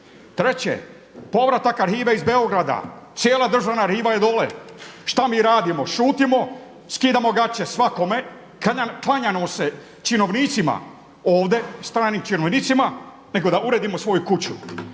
Treće, povratak arhive iz Beograda, cijela državna riva je dole, šta mi radimo? Šutimo, skidamo gaće svakome, klanjamo se činovnicima ovdje, stranim činovnicima nego da uredimo svoju kuću.